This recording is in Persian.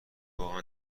واقعا